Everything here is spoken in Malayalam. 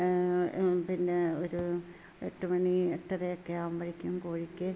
പിന്നെ ഒരു എട്ട് മണി എട്ടരയൊക്കെ ആവുമ്പോഴേക്കും കോഴിക്ക്